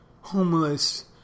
homeless